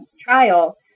trial